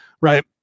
right